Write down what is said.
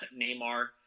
Neymar